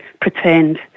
pretend